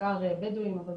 בעיקר בדואיים, אבל